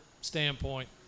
standpoint